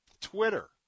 Twitter